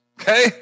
Okay